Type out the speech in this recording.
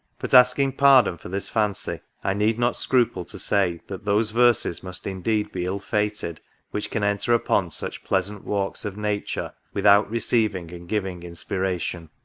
but, asking pardon for this fancy, i need not scruple to say, that those verses must indeed be ill-fated which can enter upon such pleasant walks of nature, without receiving and giving in spiration.